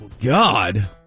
God